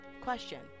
Question